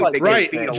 right